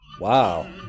wow